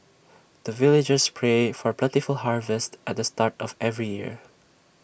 the villagers pray for plentiful harvest at the start of every year